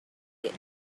get